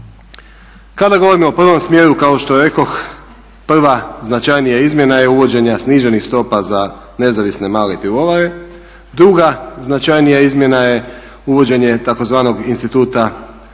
Kada govorimo o prvom smjeru kao što rekoh prva značajnija izmjena je uvođenje sniženih stopa za nezavisne male pivovare. Druga značajnija izmjena je uvođenje tzv. instituta direktne